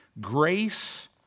Grace